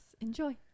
Enjoy